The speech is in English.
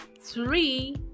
Three